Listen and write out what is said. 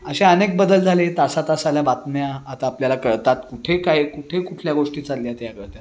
असे अनेक बदल झाले तासा तासाला बातम्या आता आपल्याला कळतात कुठे काय कुठे कुठल्या गोष्टी चालल्या त्या कळतात